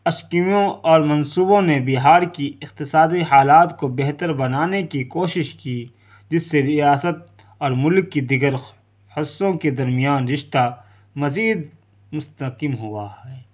اسکیموں اور منصوبوں نے بہار کی اقتصادی حالات کو بہتر بنانے کی کوشش کی جس سے ریاست اور ملک کی دیگر حصوں کے درمیان رشتہ مزید مستحکم ہوا ہے